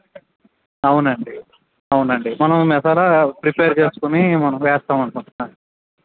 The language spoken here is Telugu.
అవునండి అవునండి మనం మసాలా ప్రిపేర్ చేసుకుని వేస్తాం అన్నమాట